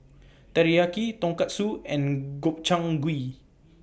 Teriyaki Tonkatsu and Gobchang Gui